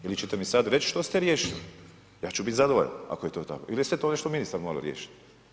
Ili ćete mi sada reći što ste riješili, ja ću biti zadovoljan ako je to tako ili sve to nešto ministar mora riješiti.